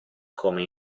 come